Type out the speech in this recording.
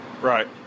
Right